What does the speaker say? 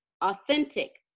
authentic